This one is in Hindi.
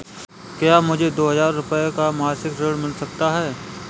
क्या मुझे दो हजार रूपए का मासिक ऋण मिल सकता है?